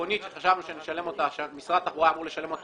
חשבונית חשבנו שמשרד התחבורה אמור לשלם אותה